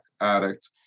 addict